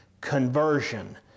conversion